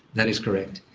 that is correct.